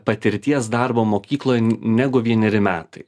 patirties darbo mokykloje negu vieneri metai